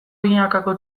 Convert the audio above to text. binakako